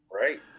Right